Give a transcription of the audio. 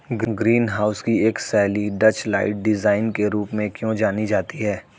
Green house की एक शैली डचलाइट डिजाइन के रूप में क्यों जानी जाती है?